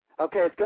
Okay